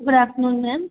good afternoon ma'am